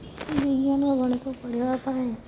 ବିଜ୍ଞାନ ଓ ଗଣିତ ପଢ଼ିବା ପାଇଁ